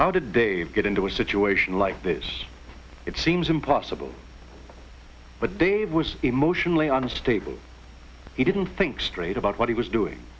how did they get into a situation like this it seems impossible but they was emotionally unstable he didn't think straight about what he was doing